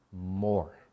more